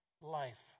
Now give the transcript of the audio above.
life